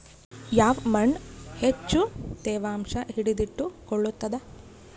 ಯಾವ್ ಮಣ್ ಹೆಚ್ಚು ತೇವಾಂಶ ಹಿಡಿದಿಟ್ಟುಕೊಳ್ಳುತ್ತದ?